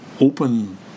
open